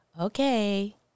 okay